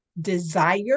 desire